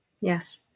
Yes